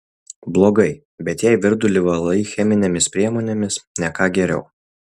blogai bet jei virdulį valai cheminėmis priemonėmis ne ką geriau